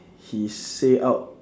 he say out